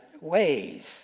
ways